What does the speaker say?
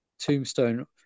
Tombstone